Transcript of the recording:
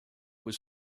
was